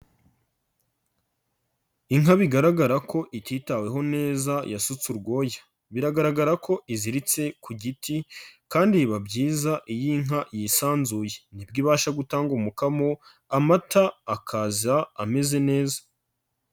Inka bigaragara ko ititaweho neza yasutse urwoya, biragaragara ko iziritse ku giti, kandi biba byiza iyo inka yisanzuye, nibwo ibasha gutanga umukamo, amata akaza ameze neza.